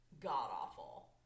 god-awful